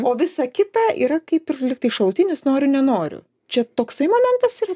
o visa kita yra kaip ir lygtai šalutinis noriu nenoriu čia toksai momentas yra